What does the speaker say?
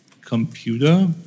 computer